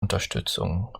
unterstützung